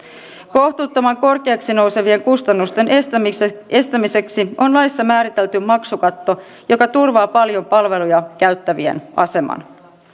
kohtuuttoman korkeaksi nousevien kustannusten estämiseksi estämiseksi on laissa määritelty maksukatto joka turvaa paljon palveluja käyttävien aseman